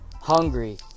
hungry